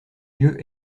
lieu